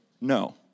no